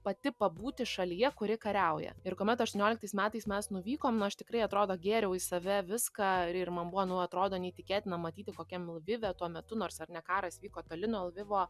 pati pabūti šalyje kuri kariauja ir kuomet aštuonioliktais metais mes nuvykom nu aš tikrai atrodo gėriau į save viską ir ir man buvo nu atrodo neįtikėtina matyti kokiam lvive tuo metu nors ar ne karas vyko toli nuo lvivo